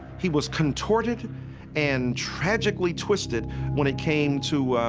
he was contorted and tragically twisted when it came to,